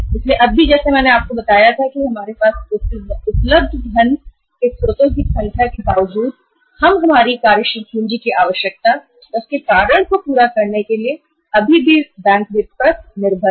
इसीलिए अब जैसा कि मैंने आपको बताया कि हमारे पास फंड के कई स्रोत उपलब्ध हैं लेकिन फिर भी हम कार्यशील पूंजी की आवश्यकता को पूरा करने के लिए बैंक वित्त पर ज्यादा निर्भर है